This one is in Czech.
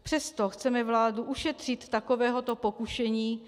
Přesto chceme vládu ušetřit takovéhoto pokušení.